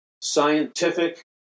scientific